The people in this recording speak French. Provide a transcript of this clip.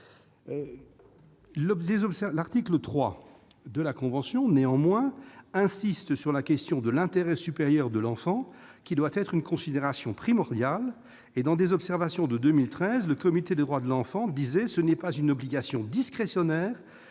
L'article 3 de la convention insiste sur l'intérêt supérieur de l'enfant, qui doit être une considération primordiale. Dans des observations de 2013, le Comité des droits de l'enfant indiquait :« Ce n'est pas une obligation discrétionnaire